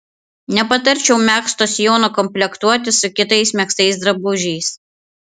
nepatarčiau megzto sijono komplektuoti su kitais megztais drabužiais